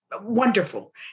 wonderful